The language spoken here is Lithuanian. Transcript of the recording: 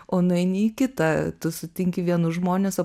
o nueini į kitą tu sutinki vienus žmones o